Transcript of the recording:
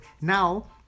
now